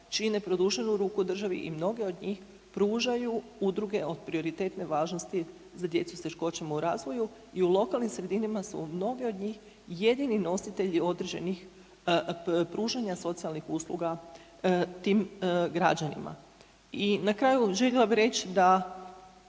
čine produženu ruku državi i mnoge od njih pružaju udruge od prioritetne važnosti za djecu s teškoćama u razvoju i u lokalnim sredinama su mnogi od njih jedini nositelji određenih pružanja socijalnih usluga tim građanima. I na kraju željela bi reć da